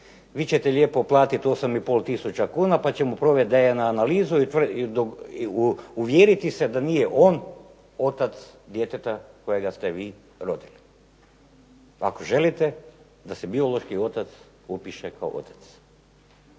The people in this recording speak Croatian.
Vi ćete lijepo platiti 8 i pol tisuća kuna pa provest DNA analizu i uvjeriti se da nije on otac djeteta kojega ste vi rodili ako želite da se biološki otac upiše kao otac."